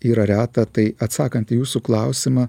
yra reta tai atsakant į jūsų klausimą